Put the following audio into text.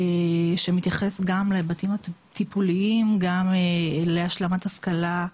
שמתייחס גם להיבטים הטיפוליים, גם להשלמת השכלה,